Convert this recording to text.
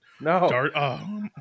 No